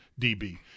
DB